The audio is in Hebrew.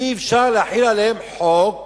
אי-אפשר להחיל עליהם חוק,